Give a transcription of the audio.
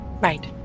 Right